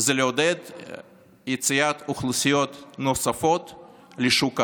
הוא לעודד יציאת אוכלוסיות נוספות לשוק העבודה.